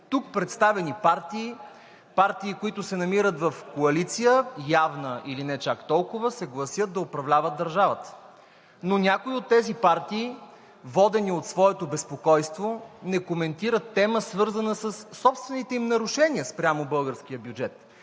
тук представени партии – партии, които се намират в коалиция – явна или не чак толкова, се гласят да управляват държавата. Но някои от тези партии, водени от своето безпокойство, не коментират темата, свързана със собствените им нарушения спрямо българския бюджет,